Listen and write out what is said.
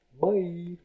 Bye